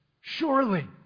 Surely